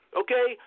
okay